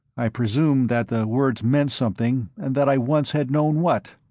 i presumed that the words meant something and that i once had known what.